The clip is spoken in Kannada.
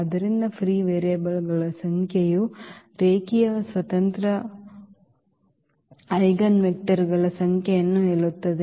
ಆದ್ದರಿಂದ ಫ್ರೀ ವೇರಿಯೇಬಲ್ಗಳ ಸಂಖ್ಯೆಯು ರೇಖೀಯ ಸ್ವತಂತ್ರ ಸ್ವತಂತ್ರ ಐಜೆನ್ವೆಕ್ಟರ್ಗಳ ಸಂಖ್ಯೆಯನ್ನು ಹೇಳುತ್ತದೆ